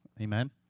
Amen